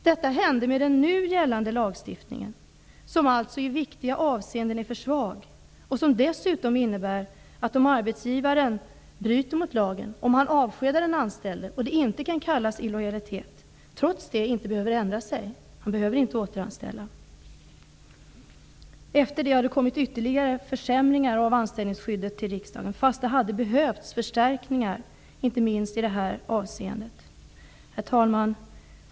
Detta hände med den nu gällande lagstiftningen, som alltså i viktiga avseenden är för svag och som dessutom innebär att en arbetsgivare som bryter mot lagen och avskedar den anställde, och det inte kan kallas illojalitet, trots det inte behöver ändra sig. Han behöver inte återanställa den avskedade. Efter detta har det kommit förslag om ytterligare försämringar av anställningsskyddet till riksdagen, fast det hade behövts förstärkningar, inte minst i det här avseendet. Herr talman!